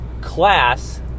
class